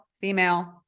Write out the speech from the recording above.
female